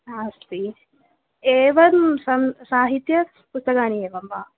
नास्ति एवं सं साहित्यपुस्तकानि एवं वा